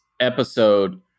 episode